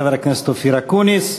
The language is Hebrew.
חבר הכנסת אופיר אקוניס.